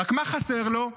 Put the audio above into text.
רק מה חסר לו?